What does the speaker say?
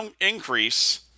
increase